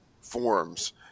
forms